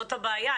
זאת הבעיה.